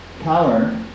power